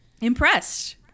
impressed